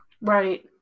right